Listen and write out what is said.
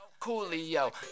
Coolio